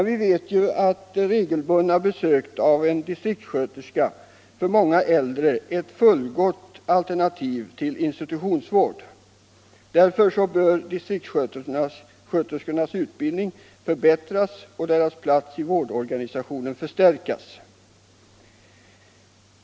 Vi vet att regelbundna besök av en distriktssköterska för många äldre är ett fullgott alternativ till institutionsvård. Därför bör distriktssköterskornas utbildning förbättras och deras plats i vårdorganisationen förstärkas.